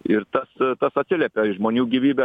ir tas tas atsiliepia į žmonių gyvybę